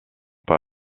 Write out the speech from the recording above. pas